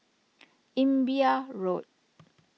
Imbiah Road